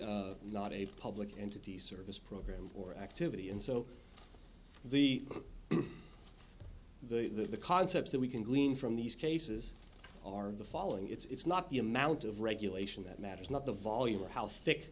public entity service program or activity and so the the the concepts that we can glean from these cases are the following it's not the amount of regulation that matters not the volume or how thick